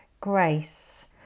grace